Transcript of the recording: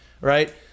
right